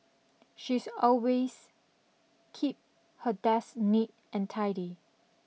she's always keep her desk neat and tidy